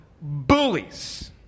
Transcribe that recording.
bullies